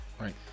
Right